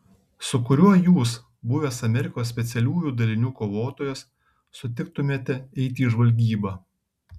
su kuriuo jūs buvęs amerikos specialiųjų dalinių kovotojas sutiktumėte eiti į žvalgybą